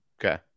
Okay